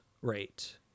rate